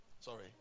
Sorry